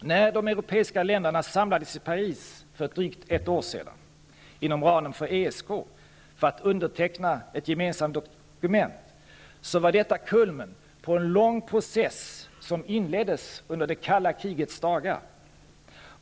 När de europeiska länderna samlades i Paris för ett drygt år sedan inom ramen för ESK för att underteckna ett gemensamt dokument var det kulmen på en lång process som inleddes under det kalla krigets dagar.